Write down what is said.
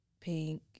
Pink